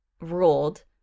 ruled